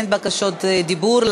אין בקשות דיבור,